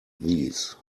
these